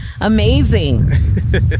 Amazing